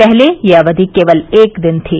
पहले यह अवधि केवल एक दिन थी